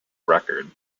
record